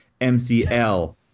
mcl